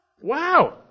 Wow